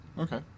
Okay